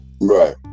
Right